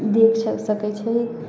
देख सकै छै